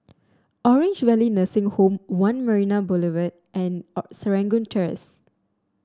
Orange Valley Nursing Home One Marina Boulevard and Serangoon Terrace